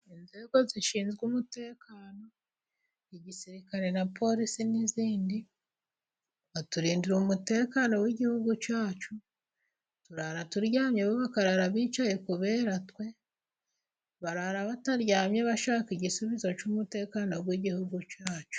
Inzego zishinzwe umutekano, igisirikare n'ipolisi n'izindi baturindira umutekano w'igihugu cyacu, turyamye bakarara abicaye ku bera twe, barara bataryamye bashaka igisubizo cy'umutekano w'igihugu cyacu.